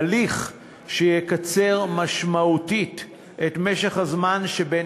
הליך שיקצר משמעותית את משך הזמן שבין